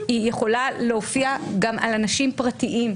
היא יכולה להופיע גם על אנשים פרטיים,